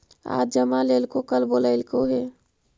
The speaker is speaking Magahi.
आज जमा लेलको कल बोलैलको हे?